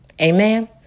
Amen